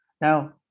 now